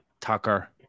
Tucker